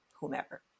whomever